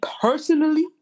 personally